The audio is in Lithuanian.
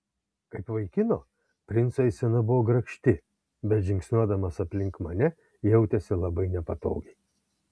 kaip vaikino princo eisena buvo grakšti bet žingsniuodamas aplink mane jautėsi labai nepatogiai